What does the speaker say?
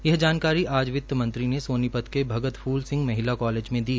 यह जानकारी आज वित्त मंत्री ने सोनीपत के भगत फूलसिंह महिला कॉलेज में दी